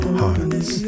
hearts